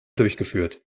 durchgeführt